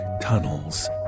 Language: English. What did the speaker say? tunnels